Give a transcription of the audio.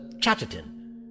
Chatterton